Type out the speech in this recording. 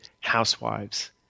housewives